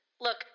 Look